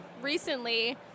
recently